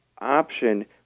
option